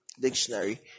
dictionary